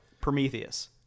Prometheus